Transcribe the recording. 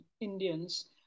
Indians